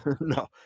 no